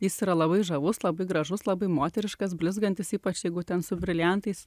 jis yra labai žavus labai gražus labai moteriškas blizgantis ypač jeigu ten su briliantais